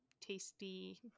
tasty